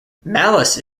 malice